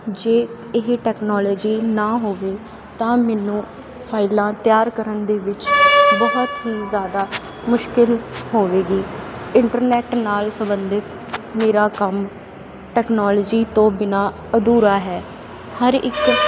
ਜੇ ਇਹ ਟੈਕਨੋਲੋਜੀ ਨਾ ਹੋਵੇ ਤਾਂ ਮੈਨੂੰ ਫਾਈਲਾਂ ਤਿਆਰ ਕਰਨ ਦੇ ਵਿੱਚ ਬਹੁਤ ਹੀ ਜ਼ਿਆਦਾ ਮੁਸ਼ਕਿਲ ਹੋਵੇਗੀ ਇੰਟਰਨੈਟ ਨਾਲ ਸੰਬੰਧਿਤ ਮੇਰਾ ਕੰਮ ਟੈਕਨੋਲੋਜੀ ਤੋਂ ਬਿਨਾਂ ਅਧੂਰਾ ਹੈ ਹਰ ਇੱਕ